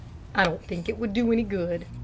i don't think it would do any good,